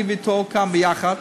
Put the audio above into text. אני אתו ביחד.